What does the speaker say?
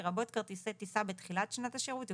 לרבות כרטיסי טיסה בתחילת שנת השירות ובסיומה,